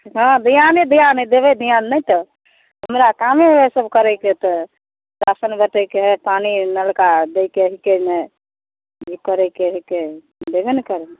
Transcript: हँ धिआने धिआन अइ देबै धिआन नहि तऽ हमरा कामे ओएह सब करैके तऽ राशन बाँटैके हय पानि नलका दैके हय कयने जे करैके हय देबै ने करबै